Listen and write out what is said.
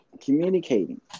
communicating